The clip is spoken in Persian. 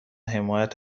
حمایت